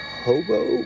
hobo